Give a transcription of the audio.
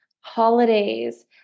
holidays